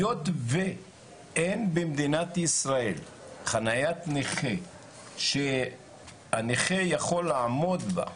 היות ואין במדינת ישראל חניית נכה שהנכה יכול לעמוד בה,